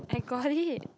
I got it